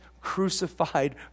crucified